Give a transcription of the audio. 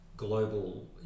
global